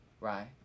right